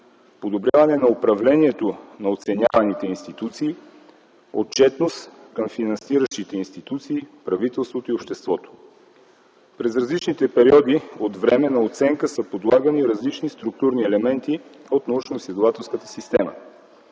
подобряване на управлението на оценяваните институции, отчетност към финансиращите институции, правителството и обществото. През различните периоди от време на оценка са подлагани различни структурни елементи от научноизследователската система.